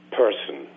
person